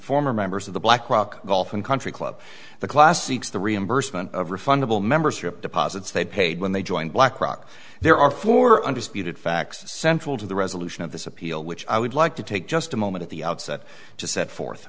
former members of the black rock golf and country club the classics the reimbursement of refundable membership deposits they paid when they joined black rock there are four under speeded facts central to the resolution of this appeal which i would like to take just a moment at the outset to set forth